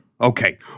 Okay